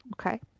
Okay